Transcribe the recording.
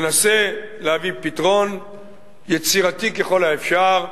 ננסה להביא פתרון יצירתי ככל האפשר,